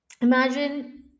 imagine